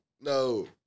no